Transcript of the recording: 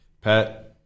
Pat